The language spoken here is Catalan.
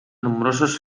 nombrosos